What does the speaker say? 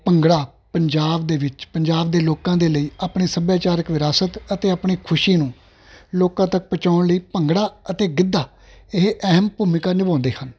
ਭੰਗੜਾ ਪੰਜਾਬ ਦੇ ਵਿੱਚ ਪੰਜਾਬ ਦੇ ਲੋਕਾਂ ਦੇ ਲਈ ਆਪਣੇ ਸੱਭਿਆਚਾਰਕ ਵਿਰਾਸਤ ਅਤੇ ਆਪਣੀ ਖੁਸ਼ੀ ਨੂੰ ਲੋਕਾਂ ਤੱਕ ਪਹੁੰਚਾਉਣ ਲਈ ਭੰਗੜਾ ਅਤੇ ਗਿੱਧਾ ਇਹ ਅਹਿਮ ਭੂਮਿਕਾ ਨਿਭਾਉਂਦੇ ਹਨ